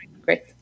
great